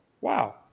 Wow